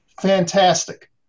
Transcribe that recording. Fantastic